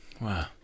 Wow